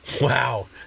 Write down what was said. Wow